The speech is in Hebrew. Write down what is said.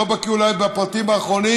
אולי לא בקי בפרטים האחרונים,